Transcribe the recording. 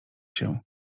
się